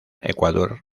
ecuador